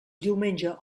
diumenge